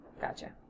Gotcha